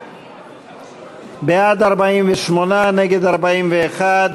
בעד, 48, נגד, 41,